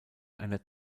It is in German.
einer